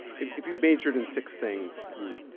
if if you majored in six things, you